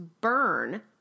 burn